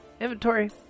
inventory